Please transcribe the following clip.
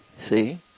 See